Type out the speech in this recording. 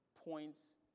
points